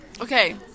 Okay